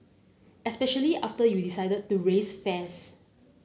especially after you decided to raise fares